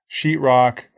sheetrock